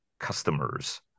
customers